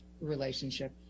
relationship